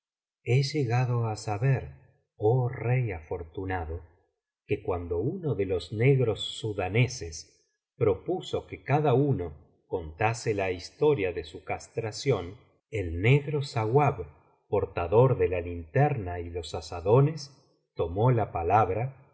he llegado á saber oh rey afortunado que cuando uno de los negros sudaneses propuso que cada uno contase la historia de su castración el negro sauab portador de la linterna y los azadones tomó la palabra